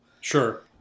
Sure